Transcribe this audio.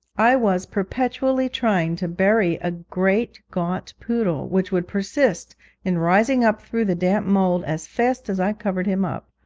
i was perpetually trying to bury a great gaunt poodle, which would persist in rising up through the damp mould as fast as i covered him up.